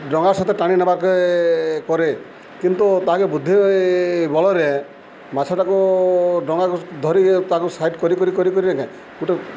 ଡଙ୍ଗା ସହିତ ଟାଣି ନେବାକେ କରେ କିନ୍ତୁ ତାକେ ବୁଦ୍ଧି ବଳରେ ମାଛଟାକୁ ଡଙ୍ଗା ଧରିକି ତାକୁ ସାଇଡ଼ କରି କରି କରି କରି ଏକା ଗୋଟେ